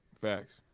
Facts